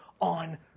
on